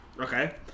Okay